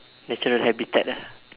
natural habitat lah